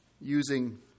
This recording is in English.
using